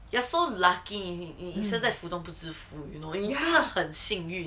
you are so lucky in 你生在福中不知福你真的很幸运